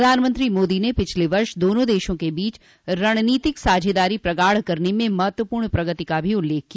प्रधानमंत्री मोदी ने पिछले वर्ष दोनों देशों के बीच रणनीतिक साझेदारी प्रगाढ़ करने में महत्वपूर्ण प्रगति का भी उल्लेख किया